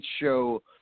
show